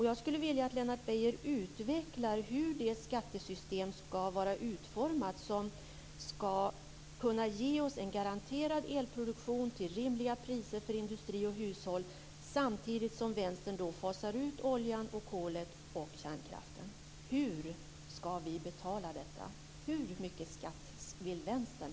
Jag skulle vilja att Lennart Beijer utvecklar hur ett skattesystem ska vara utformat som ska kunna ge oss en garanterad elproduktion till rimliga priser för industri och hushåll samtidigt som Vänstern fasar ut oljan, kolet och kärnkraften.